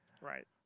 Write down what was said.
right